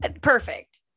perfect